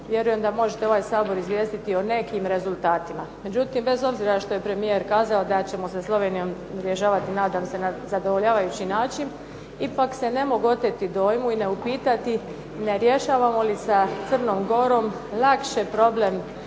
Vjerujem da možete ovaj Sabor izvijestiti o nekim rezultatima. Međutim, bez obzira što je premijer kazao da ćemo sa Slovenijom rješavati, nadam se, na zadovoljavajući način, ipak se ne mogu oteti dojmu i ne upitati ne rješavamo li sa Crnom Gorom lakše problem